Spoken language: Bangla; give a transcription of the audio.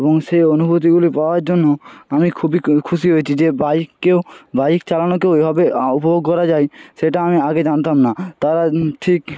এবং সেই অনুভূতিগুলি পাওয়ার জন্য আমি খুবই খুশি হয়েছি যে বাইককেও বাইক চালানোকেও এইভাবে উপভোগ করা যায় সেটা আমি আগে জানতাম না তারা ঠিক